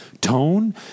tone